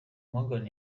morgan